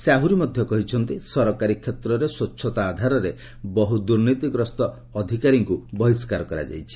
ସେ ଆହୁରି କହିଛନ୍ତି ସରକାରୀ କ୍ଷେତ୍ରରେ ସ୍ୱଚ୍ଚତା ଆଧାରରେ ବହୁ ଦୁର୍ନୀତିଗ୍ରସ୍ତ ଅଧିକାରୀଙ୍କୁ ବହିଷ୍କାର କରାଯାଇଛି